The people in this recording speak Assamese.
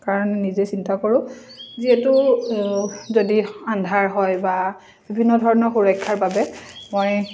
কাৰণে নিজে চিন্তা কৰোঁ যিহেতু যদি আন্ধাৰ হয় বা বিভিন্ন ধৰণৰ সুৰক্ষাৰ বাবে মই